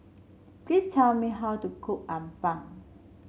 please tell me how to cook appam